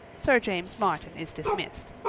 sir james martin is dismissed.